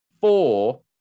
four